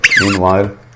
Meanwhile